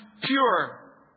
pure